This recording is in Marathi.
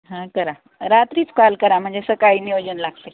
हां करा रात्रीच कॉल करा म्हणजे सकाळी नियोजन लागते